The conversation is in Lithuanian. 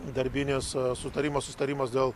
darbinis sutarimas susitarimas dėl